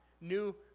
new